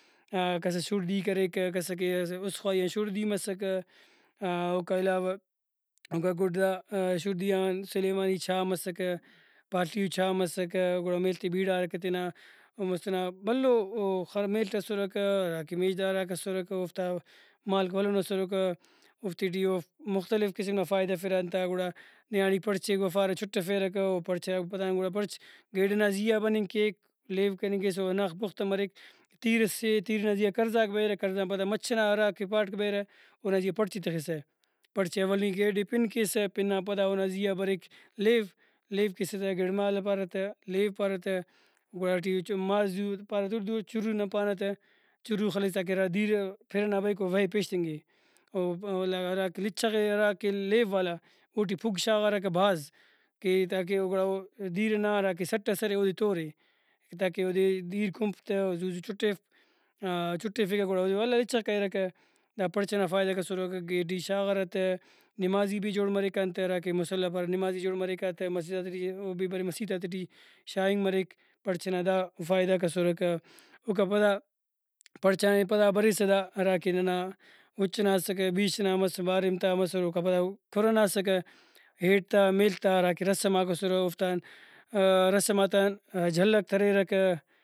کسس شُڑدی کریکہ کس ئکہ اُست خواہی آ شڑدی مسکہ اوکا علاوہ اوکا گڈ شڑدی آن سلیمانی چاء مسکہ پالیئو چاء مسکہ گڑا میل تے بیڑارکہ تینا مُست ئنا بھلو خر میل اسرکہ ہراکہ میژداراک اسرکہ اوفتا مالک بھلن اسرکہ اوفتے ٹی اوفک مختلف قسم نا فائدہ ہرفیرہ آن تا گڑا نیاڑی پڑچے گوافارہ چٹفیرکہ اوپڑچا پدان گڑا پڑچ گیڈ ئنا زیہا بننگ کیک لیو کننگ کیسہ او ہنداکہ پُختہ مریک تیر سے تیر ئنا زیہا کرزاک بریرہ کرزان پدا مچھ ئنا ہراکہ پاٹک بریرہ اونا زیہا پڑچے تخسہ پڑچ ئے اول نی کہ ایڑے پن کیسہ پن آن پدا اونا زیہا بریک لیو لیو کیسہ تہ گڑمالہ پارہ تہ لیو پارہ تہ گڑا اوٹی مازو اُردو ٹی پارہ تہ چُرو نن پانہ تہ چُرو خلیسہ کیرہ دیر پِر ئنا بریک او وہے پیشتنگے تو ولدا ہراکہ لچغے ہراکہ لیو والا اوٹی پُھگ شاغارکہ بھاز کہ تاکہ او گڑا او دِیر ئنا ہراکہ سٹ ئس ارے اودے تورے کہ تاکہ اودے دیر کُنپ تہ او زُو زُو چُٹیفپ چُٹیفیکہ گڑا اودے ولدا لچغ کریرکہ دا پڑچ ئنا فائدک اسرکہ گیڈی شاغارہ تہ نمازی بھی جوڑ مریک آن تہ ہراکہ مسلہ پارہ تہ نمازی جوڑ مریک آ تہ مسجداتے ٹی او بھی بریک مسیتاتے ٹی شاغنگ پڑچ ئنا دا فائدہ غاک اسرکہ۔ اوکاپدا پڑچان پدا بریسہ دا ہراکہ ننا اُچ ئنا اسکہ بیش ئنا مس باریم تا مسر اوکا پدا کُھر ئنا اسکہ ہیٹ تا میل تا ہراکہ رسماک اسرہ اوفتان رسماتان جھلک کریرکہ